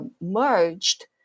merged